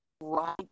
Right